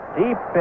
deep